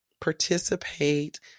participate